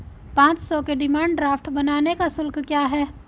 पाँच सौ के डिमांड ड्राफ्ट बनाने का शुल्क क्या है?